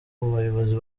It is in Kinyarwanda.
bayobozi